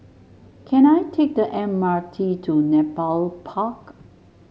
can I take the M R T to Nepal Park